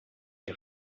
die